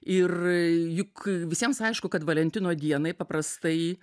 ir juk visiems aišku kad valentino dienai paprastai